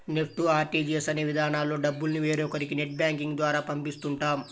NEFT, RTGS అనే విధానాల్లో డబ్బుల్ని వేరొకరికి నెట్ బ్యాంకింగ్ ద్వారా పంపిస్తుంటాం